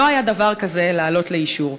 לא היה דבר כזה לעלות לאישור.